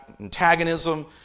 antagonism